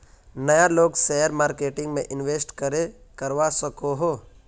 नय लोग share marketing में इंवेस्ट करे करवा सकोहो?